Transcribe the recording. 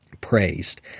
praised